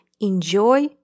enjoy